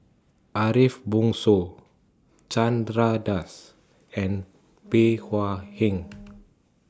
Ariff Bongso Chandra Das and Bey Hua Heng